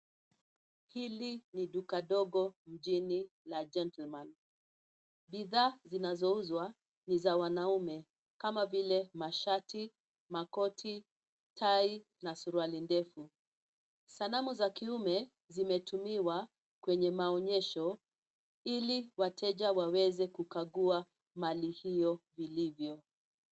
Hili ni duka ndogo mjini la 'Gentleman'. Bidhaa zinazouzwa ni za wanaume kama vile mashati, makoti, tai na suruali ndefu. Sanamu za kiume zimetumiwa kwenye maonyesho ili wateja waweze kukagua mali hiyo ilivyo.